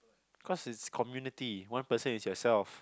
cause its community one person is yourself